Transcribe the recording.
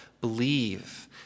believe